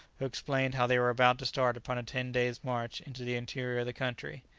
who explained how they were about to start upon a ten days' march into the interior of the country.